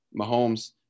Mahomes